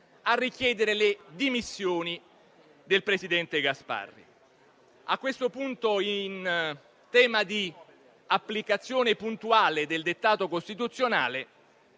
a richiedere le dimissioni del presidente Gasparri. A questo punto, in tema di applicazione puntuale del dettato costituzionale,